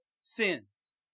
sins